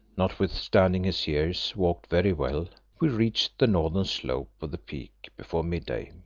notwithstanding his years, walked very well, we reached the northern slope of the peak before mid-day.